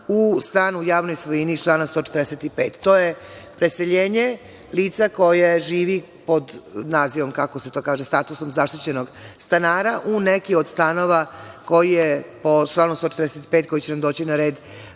u stanu u javnoj svojini iz člana 145. To je preseljenje lica koje živi pod nazivom, kako se to kaže, statusom zaštićenog stanara u nekih od stanova koji je, po članu 145. koji će nam doći na red,